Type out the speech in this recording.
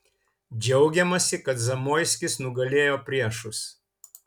džiaugiamasi kad zamoiskis nugalėjo priešus